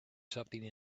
something